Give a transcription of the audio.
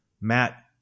Matt